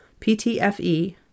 PTFE